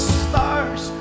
stars